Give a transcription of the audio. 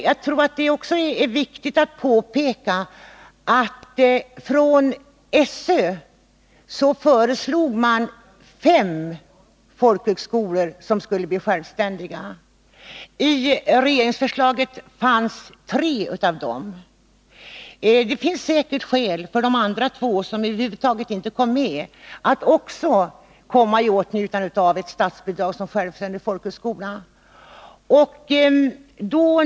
Jag tror också att det är viktigt att påpeka att skolöverstyrelsen föreslog fem folkhögskolor som skulle bli självständiga. I regeringsförslaget fanns tre av dem. Det finns säkert skäl för de andra två att också komma i åtnjutande av statsbidrag som självständig folkhögskola.